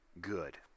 good